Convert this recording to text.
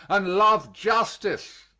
and love justice.